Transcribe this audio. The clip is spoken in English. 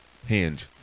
Hinge